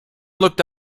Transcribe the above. looked